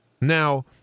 Now